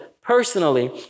personally